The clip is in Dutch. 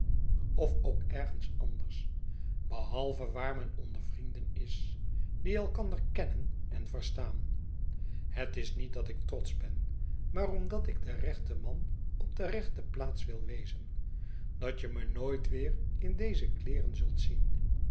of ook ergens anders behalve waar men onder vrienden is die elkander kennen en verstaan het is niet dat ik trotsch ben maar omdat ik de rechte man op de rechte plaats wil wezen dat je me nooit weer in deze kleeren zult zien